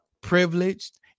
privileged